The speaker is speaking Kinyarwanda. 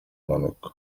mpanuka